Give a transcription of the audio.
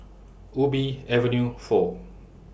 Ubi Avenue four